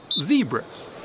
zebras